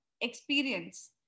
experience